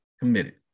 committed